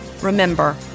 Remember